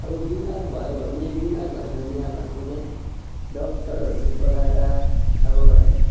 अब बिमार भयो भने बिमार भयो भने अब हामीले डक्टरहरू बोलाएर अब